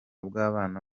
bw’abana